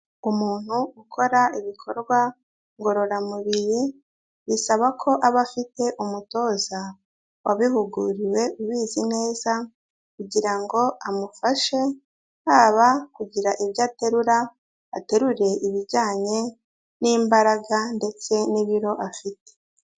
Umuntu ukora ibikorwa ngororamubiri bisaba ko aba afite umutoza wabihuguriwe ubizi neza kugira ngo amufashe haba kugira ibyo aterura aterure ibijyanye n'imbaraga ndetse n'ibiro afite.